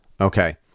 okay